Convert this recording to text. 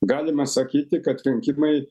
galima sakyti kad rinkimai